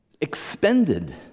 expended